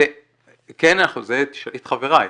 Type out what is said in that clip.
תשאלי את חברייך.